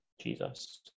Jesus